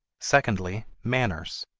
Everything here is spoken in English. secondly, manners.